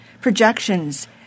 projections